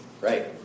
Right